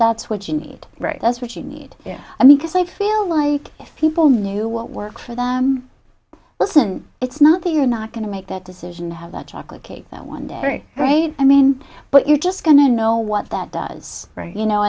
that's what you need right that's what you need yeah because i feel like if people knew what works for them listen it's not that you're not going to make that decision to have that chocolate cake that one day every right i mean but you're just going to know what that does you know